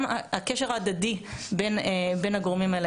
גם הקשר ההדדי בין הגורמים האלה,